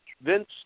Vince